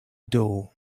door